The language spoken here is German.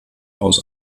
aus